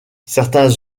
certains